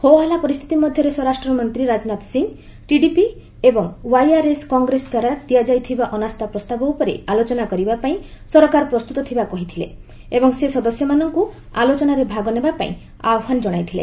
ହୋହଲ୍ଲା ପରିସ୍ଥିତି ମଧ୍ୟରେ ସ୍ୱରାଷ୍ଟମନ୍ତ୍ରୀ ରାଜନାଥ ସିଂହ ଟିଡିପି ଏବଂ ୱାଇଆର୍ଏସ୍ କଂଗ୍ରେସ ଦ୍ୱାରା ଦିଆଯାଇଥିବା ଅନାସ୍ଥାପ୍ରସ୍ତାବ ଉପରେ ଆଲୋଚନା କରିବା ପାଇଁ ସରକାର ପ୍ରସ୍ତୁତ ଥିବା କହିଥିଲେ ଏବଂ ସେ ସଦସ୍ୟମାନଙ୍କୁ ଆଲୋଚନାରେ ଭାଗ ନେବା ପାଇଁ ଆହ୍ୱାନ ଜଣାଇଥିଲେ